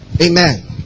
Amen